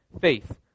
faith